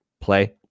play